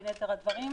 בין יתר הדברים,